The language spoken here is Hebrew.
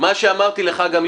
מה שאמרתי לך גם,